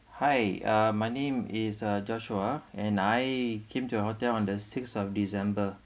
hi uh my name is uh joshua and I came to the hotel on the sixth of december